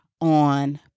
on